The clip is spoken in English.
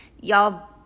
y'all